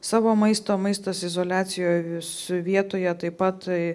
savo maisto maistas izoliacijos vietoje taip pat